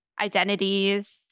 identities